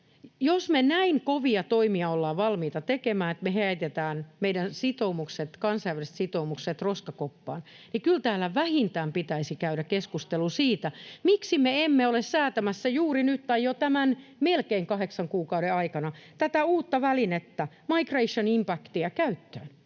Jos me näin kovia toimia ollaan valmiita tekemään, että me heitetään meidän sitoumukset, kansainväliset sitoumukset, roskakoppaan, niin kyllä täällä vähintään pitäisi käydä keskustelu siitä, miksi me emme ole säätämässä juuri nyt tai jo tämän melkein kahdeksan kuukauden aikana tätä uutta välinettä, migration impactia, käyttöön.